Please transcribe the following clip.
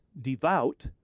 devout